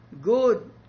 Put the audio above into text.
Good